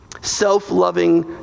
Self-loving